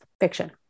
fiction